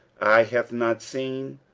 eye hath not seen,